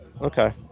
okay